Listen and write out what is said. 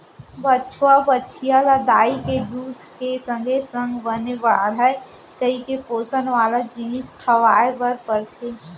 बछवा, बछिया ल दाई के दूद के संगे संग बने बाढ़य कइके पोसन वाला जिनिस खवाए बर परथे